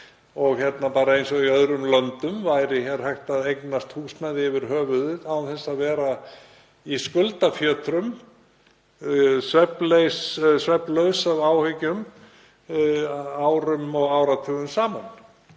þolanlegir. Eins og í öðrum löndum væri þá hægt að eignast húsnæði yfir höfuðið án þess að vera í skuldafjötrum, svefnlaus af áhyggjum árum og áratugum saman.